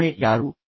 ಹೊಣೆ ಯಾರು